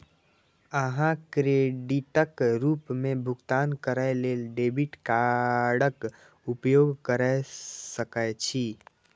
अहां क्रेडिटक रूप मे भुगतान करै लेल डेबिट कार्डक उपयोग कैर सकै छी